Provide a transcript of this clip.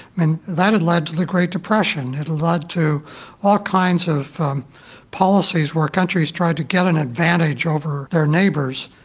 and that had led to the great depression it had led to all kinds of policies where countries tried to get an advantage over their neighbours.